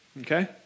okay